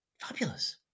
fabulous